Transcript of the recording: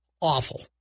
awful